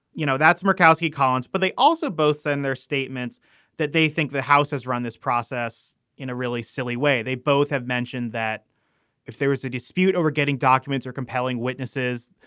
you know, that's murkowski collins. but they also both send their statements that they think the house has run this process in a really silly way. they both have mentioned that if there was a dispute over getting documents or compelling witnesses,